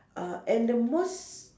uh and the most